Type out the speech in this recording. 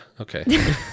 okay